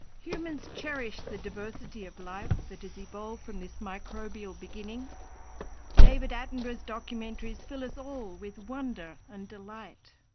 humans cherish the diversity of life that has evolved from this microbial beginning david attenborough's documentaries fill us all with wonder and delight.